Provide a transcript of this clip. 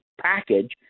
package